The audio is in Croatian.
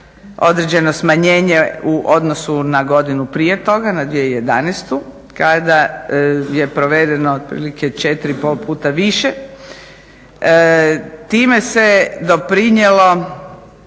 određeno smanjenje u odnosu na godinu prije toga, na 2011. kada je provedeno otprilike 4,5 puta više. Time se doprinijelo